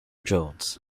jones